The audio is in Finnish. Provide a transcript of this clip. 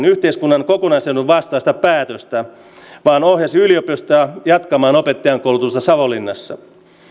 yhteiskunnan kokonaisedun vastaista päätöstä vaan ohjasi yliopistoa jatkamaan opettajankoulutusta savonlinnassa